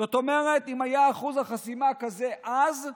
זאת אומרת, אם היה אחוז החסימה כזה אז,